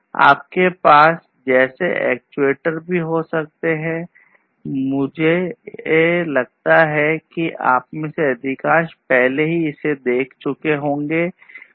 आपके पास इन जैसे एक्ट्यूएटर भी हो सकते हैं जो मुझे लगता है कि आप में से अधिकांश पहले ही सही देख चुके हैं